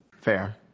Fair